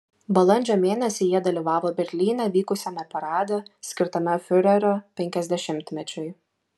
balandžio mėnesį jie dalyvavo berlyne vykusiame parade skirtame fiurerio penkiasdešimtmečiui